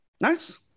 Nice